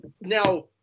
now